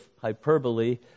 hyperbole